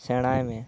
ᱥᱮᱬᱟᱭ ᱢᱮ